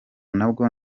nabwo